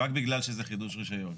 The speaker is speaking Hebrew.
רק בגלל שזה חידוש רישיון.